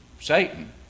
Satan